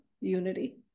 unity